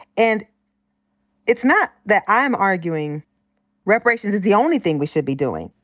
and it's not that i'm arguing reparations is the only thing we should be doing.